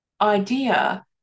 idea